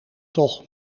toch